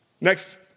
Next